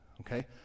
Okay